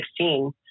2016